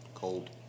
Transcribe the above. Cold